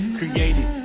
created